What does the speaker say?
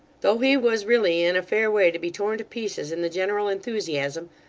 though he was really in a fair way to be torn to pieces in the general enthusiasm,